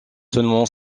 seulement